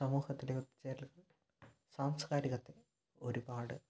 സമൂഹത്തിലെ ഒത്തുച്ചേരലുകൾ സാംസ്കാരികത്തെ ഒരുപാട്